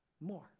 more